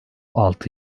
altı